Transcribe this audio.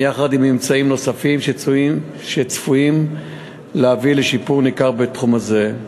יחד עם אמצעים נוספים שצפויים להביא לשיפור ניכר בתחום הזה.